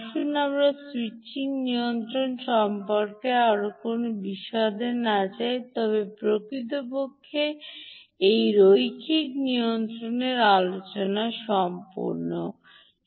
আসুন আমরা স্যুইচিং নিয়ন্ত্রক সম্পর্কে আরও বিশদে না যাই তবে প্রকৃতপক্ষে এই রৈখিক নিয়ন্ত্রকের আলোচনা সম্পূর্ণ করুন